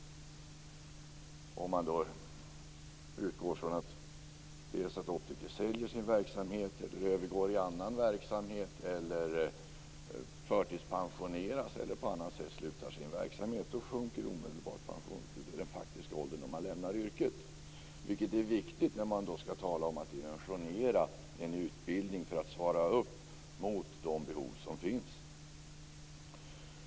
Om optiker säljer sin verksamhet, övergår i någon annan verksamhet, förtidspensioneras eller på annat sätt slutar sin verksamhet, sjunker omedelbart den faktiska pensionsåldern i yrket. Det är viktigt när man talar om att dimensionera en utbildning för att svara upp mot de behov som finns.